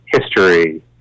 history